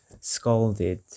scalded